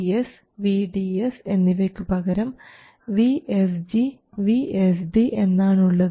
vGS vDS എന്നിവയ്ക്കു പകരം vSG vSD എന്നാണുള്ളത്